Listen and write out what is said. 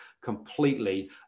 completely